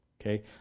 Okay